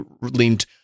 leaned